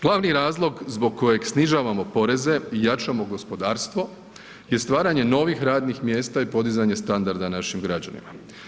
Glavni razlog zbog kojeg snižavamo poreze i jačamo gospodarstvo je stvaranje novih radnih mjesta i podizanje standarda našim građanima.